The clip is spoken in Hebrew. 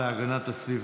33, 38,